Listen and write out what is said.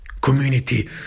community